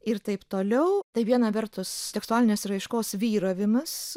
ir taip toliau tai viena vertus teksualinės raiškos vyravimas